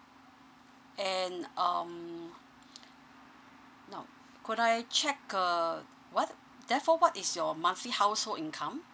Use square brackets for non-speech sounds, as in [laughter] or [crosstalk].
and um [noise] now could I check uh what therefore what is your monthly household income